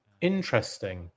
interesting